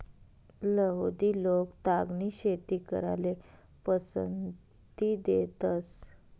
यहुदि लोक तागनी शेती कराले पसंती देतंस